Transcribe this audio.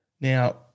Now